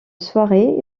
soirée